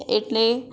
એટલે